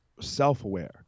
self-aware